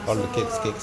oh bukit bukit